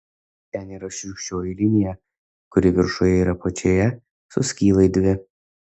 ten yra šiurkščioji linija kuri viršuje ir apačioje suskyla į dvi